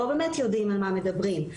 לא באמת יודעים על מה מדברים.